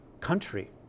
country